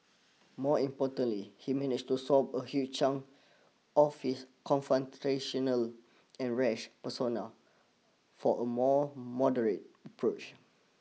more importantly he managed to swap a huge chunk of his confrontational and rash persona for a more moderate approach